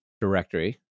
directory